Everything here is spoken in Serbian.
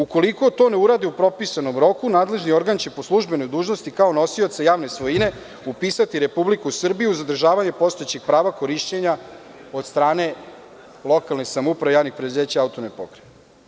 Ukoliko to ne urade u propisanom roku nadležni organ će po službenoj dužnosti kao nosioca javne svojine upisati Republiku Srbiju za zadržavanje postojećeg prava korišćenja od strane lokalne samouprave, javnih preduzeća, autonomne pokrajine.